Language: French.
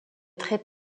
très